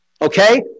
Okay